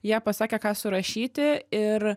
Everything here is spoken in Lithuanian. jie pasakė ką surašyti ir